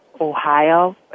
Ohio